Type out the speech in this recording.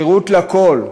שירות לכול,